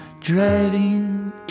Driving